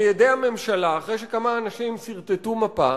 על-ידי הממשלה, אחרי שכמה אנשים סרטטו מפה,